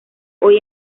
hoy